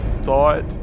thought